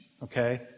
Okay